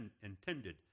intended